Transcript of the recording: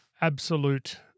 absolute